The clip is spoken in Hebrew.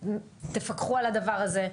ותפקחו על הדבר הזה.